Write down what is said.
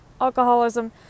Alcoholism